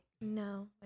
no